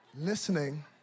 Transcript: listening